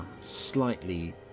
slightly